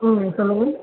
ம் சொல்லுங்கள்